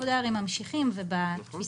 ממשיכים.